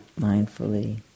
mindfully